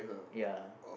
ya